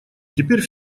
теперь